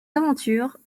aventures